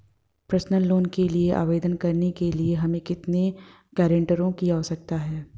Personal loan के लिए आवेदन करने के लिए हमें कितने गारंटरों की आवश्यकता है?